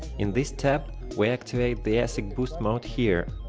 in this tab, we activate the asicboost mode here.